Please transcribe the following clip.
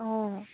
অঁ